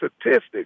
statistics